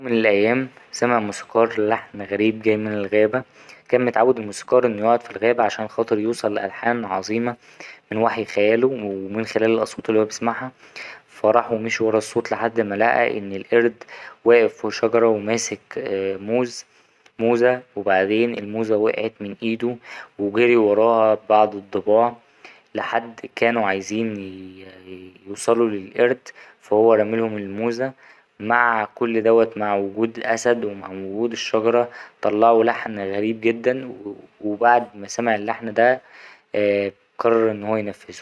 يوم من الأيام سمع الموسيقار لحن غريب جاي من الغابة كان الموسيقار متعود إن هو يقعد في الغابة عشان خاطر إنه يوصل لألحان عظيمة من وحي خياله ومن خلال الأصوات اللي هو بيسمعها فا راح ومشي ورا الصوت لحد ما لقى القرد واقف فوق شجرة وماسك موز - موزة وبعدين الموزة وقعت من أيده وجري وراها بعض الضباع لحد كانوا عايزين يـ ـ يوصلوا للقرد فا هو رمالهم الموزة مع كل دوت مع وجود أسد ومع وجود الشجرة طلعوا لحن غريب جدا وبعد ما سمع اللحن ده قرر إن هو ينفذه.